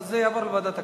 אז זה יעבור לוועדת הכנסת,